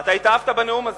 אתה התאהבת בנאום הזה.